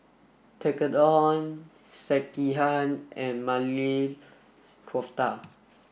Tekkadon Sekihan and Maili Kofta